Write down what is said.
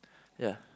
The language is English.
ya